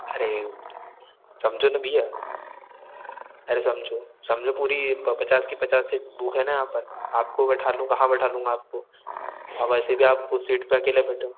अरे समझो ना भईया अरे समझो समझो पूरी पचास की पचास सीट बुक है ना यहाँ पर आपको बैठा लूँ कहाँ बैठा लूँगा आपको और वैसे भी आप उस सीट पर अकेले बैठे हो